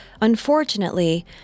Unfortunately